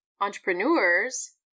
entrepreneurs